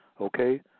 Okay